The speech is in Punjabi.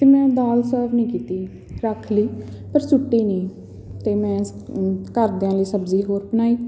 ਅਤੇ ਮੈਂ ਦਾਲ ਸਰਵ ਨਹੀਂ ਕੀਤੀ ਰੱਖ ਲਈ ਪਰ ਸੁੱਟੀ ਨਹੀਂ ਅਤੇ ਮੈਂ ਘਰਦਿਆਂ ਲਈ ਸਬਜ਼ੀ ਹੋਰ ਬਣਾਈ